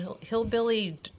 hillbilly